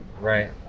right